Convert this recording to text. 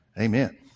Amen